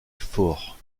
fort